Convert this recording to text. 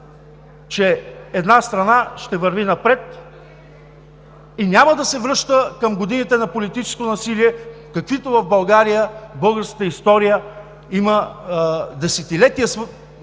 че една страна ще върви напред и няма да се връща към годините на политическо насилие, каквито в България, в българската история, има десетилетия на